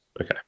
Okay